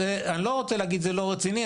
אני לא רוצה להגיד 'זה לא רציני',